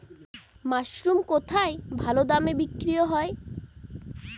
Mushroom কেথায় ভালোদামে বিক্রয় হয়?